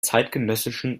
zeitgenössischen